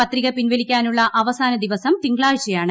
പത്രിക പിൻവലിക്കാനുള്ള അവസാന ദിവസം തിങ്കളാഴ്ചയാണ്